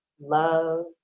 love